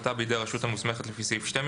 החלטה בידי הרשות המוסמכת לפי סעיף 12,